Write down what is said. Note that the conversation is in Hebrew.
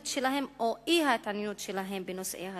שלהם או את אי-ההתעניינות שלהם בנושאי הדיון,